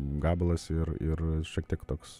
gabalas ir ir šiek tiek toks